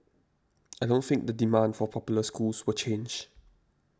I don't think the demand for popular schools will change